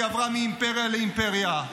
היא עברה מאימפריה לאימפריה,